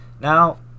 Now